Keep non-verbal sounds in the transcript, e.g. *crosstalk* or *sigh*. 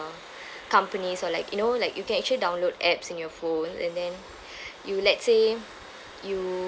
*breath* companies or like you know like you can actually download apps in your phone and then *breath* you let's say you